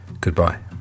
Goodbye